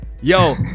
Yo